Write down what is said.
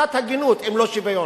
קצת הגינות אם לא שוויון.